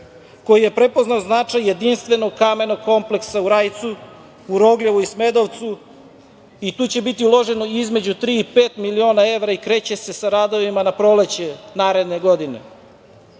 koji je prepoznao značaj jedinstvenog kamenog kompleksa u Rajcu, u Rogljevu i Smedovcu i tu će biti uloženo između tri i pet miliona evra i kreće se sa radovima na proleće naredne godine. Pored